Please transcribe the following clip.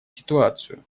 ситуацию